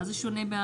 אוקיי,